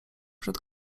przed